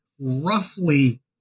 Roughly